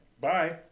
Bye